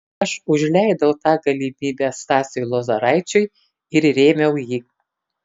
aš užleidau tą galimybę stasiui lozoraičiui ir rėmiau jį